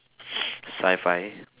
sci-fi